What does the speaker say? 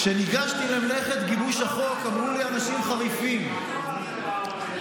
כשניגשתי למלאכת גיבוש החוק אמרו לי אנשים חריפים: החוק